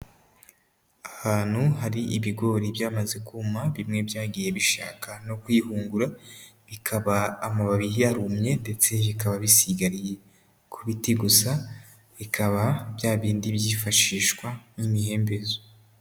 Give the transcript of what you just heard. Ahantu hari ibigori byamaze kuma bimwe byagiye bishaka no kwihungura, bikaba amababi yarumye ndetse bikaba bisigariye ku biti gusa, bikaba bya bindi byifashishwa nk'imihembezo.